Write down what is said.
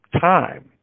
time